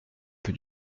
peu